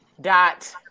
dot